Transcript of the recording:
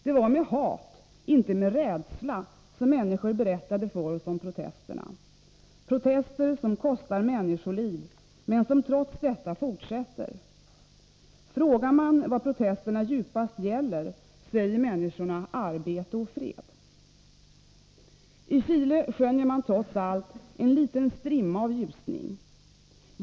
Det var med hat, inte med rädsla, som människor berättade för oss om protesterna — protester som kostar människoliv, men som trots detta fortsätter. Frågar man vad protesterna djupast gäller säger människorna: arbete och fred. I Chile skönjer man trots allt en liten strimma av ljusning.